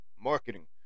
Marketing